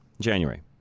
January